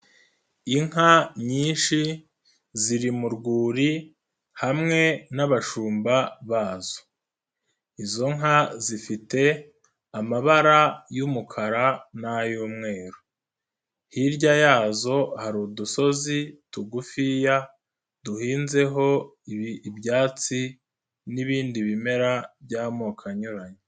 Inka nyinshi ziri mu rwuri hamwe n'abashumba bazo, izo nka zifite amabara y'umukara n'ay'umweru, hirya yazo hari udusozi tugufiya, duhinzeho ibyatsi n'ibindi bimera by'amoko anyuranye.